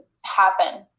happen